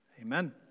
Amen